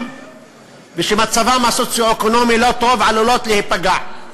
ושמצבן הסוציו-אקונומי לא טוב עלולות להיפגע.